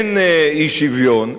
אין אי-שוויון.